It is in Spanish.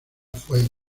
fue